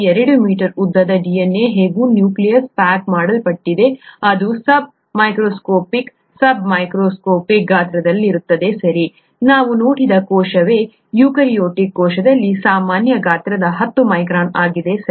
2 metre ಉದ್ದದ DNA ಹೇಗೋ ನ್ಯೂಕ್ಲಿಯಸ್ಗೆ ಪ್ಯಾಕ್ ಮಾಡಲ್ಪಟ್ಟಿದೆ ಅದು ಸಬ್ ಮೈಕ್ರೋಸ್ಕೋಪಿಕ್ ಸಬ್ ಮೈಕ್ರಾನ್sub sub micron ಗಾತ್ರದಲ್ಲಿದೆ ಸರಿ ನಾವು ನೋಡಿದ ಕೋಶವೇ ಬ್ಯಾಕ್ಟೀರಿಯಾ ಯುಕಾರ್ಯೋಟಿಕ್ ಕೋಶದಲ್ಲಿ ಸಾಮಾನ್ಯ ಗಾತ್ರದ 10 ಮೈಕ್ರಾನ್ ಆಗಿದೆ ಸರಿ